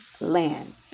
land